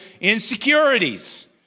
Insecurities